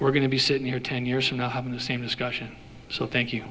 we're going to be sitting here ten years from now having the same discussion so thank you